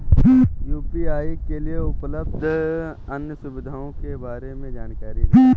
UPI के लिए उपलब्ध अन्य सुविधाओं के बारे में जानकारी दें?